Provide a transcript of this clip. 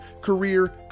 career